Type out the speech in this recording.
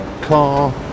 car